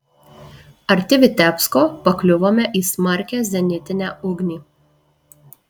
arti vitebsko pakliuvome į smarkią zenitinę ugnį